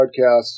podcasts